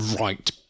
right